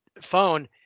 phone